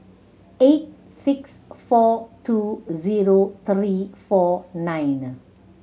eight six four two zero three four nine